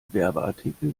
werbeartikel